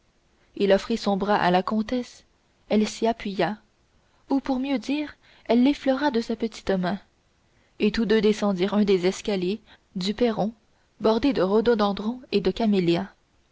il offrit son bras à la comtesse elle s'y appuya ou pour mieux dire elle l'effleura de sa petite main et tous deux descendirent un des escaliers du perron bordé de rhododendrons et de camélias